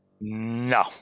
No